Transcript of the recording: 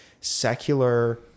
secular